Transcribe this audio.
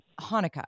Hanukkah